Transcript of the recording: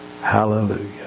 hallelujah